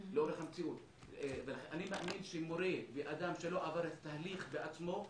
אני מאמין שמורה ואדם שלא עבר את התהליך בעצמו,